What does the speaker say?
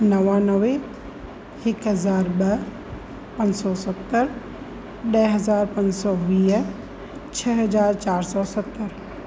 नवानवे हिकु हज़ार ॿ पंज सौ सतरि ॾह हज़ार पंज सौ वीह छह हज़ार चारि सौ सतरि